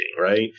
right